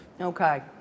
okay